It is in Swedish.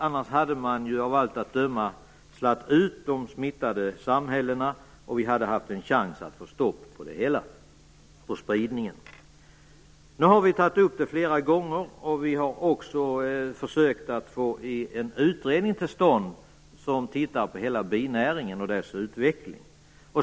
Om det hade varit så hade man av allt att döma slagit ut de smittade samhällena, och då hade vi haft en chans att få stopp på spridningen. Nu har vi tagit upp frågan flera gånger. Vi har också försökt att få en utredning till stånd som skall titta på hela binäringen och dess utveckling.